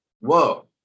whoa